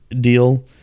deal